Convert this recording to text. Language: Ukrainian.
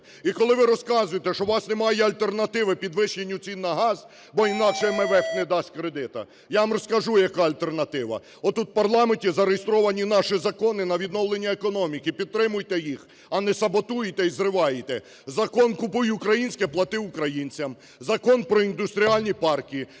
І коли ви розказуєте, що у нас немає альтернативи підвищенню цін на газ, бо інакше МВФ не дасть кредиту, я вам розкажу, яка альтернатива. Отут в парламенті зареєстровані наші закони на відновлення економіки. Підтримуйте їх, а не саботуєте і зриваєте. Закон "Купуй українське, плати українцям", Закон про індустріальні парки,